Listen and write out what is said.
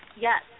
Yes